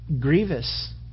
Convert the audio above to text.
grievous